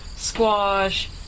squash